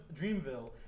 Dreamville